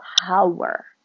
power